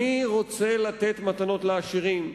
אני רוצה לתת מתנות לעשירים,